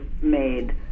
made